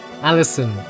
Alison